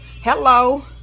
Hello